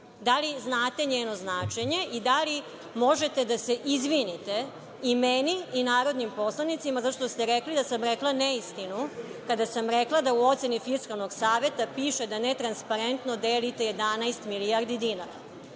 Da li znate njeno značenje i da li možete da se izvinite, i meni i narodnim poslanicima, zato što ste rekli da sam rekla neistinu, kada sam rekla da u oceni Fiskalnog saveta piše da netransparentno delite 11 milijardi dinara? Kada